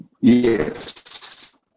yes